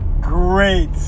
great